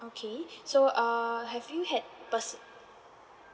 okay so err have you had pers~